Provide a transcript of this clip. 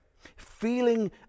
feeling